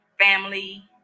family